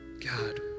God